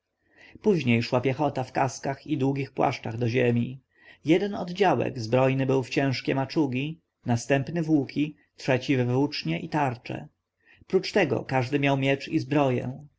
później szła piechota w kaskach i długich płaszczach do ziemi jeden oddziałek zbrojny był w ciężkie maczugi następny w łuki trzeci we włócznie i tarcze prócz tego każdy miał miecz i zbroję